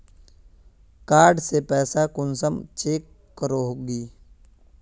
Card से पैसा कुंसम चेक करोगी?